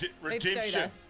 redemption